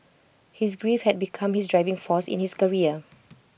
his grief had become his driving force in his career